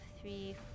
three